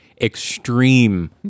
extreme